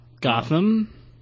Gotham